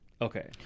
Okay